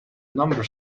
number